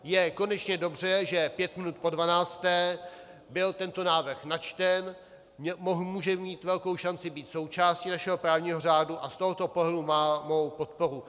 Je konečně dobře, že pět minut po dvanácté byl tento návrh načten, může mít velkou šanci být součástí našeho právního řádu a z tohoto pohledu má mou podporu.